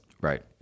Right